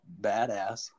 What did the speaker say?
badass